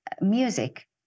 music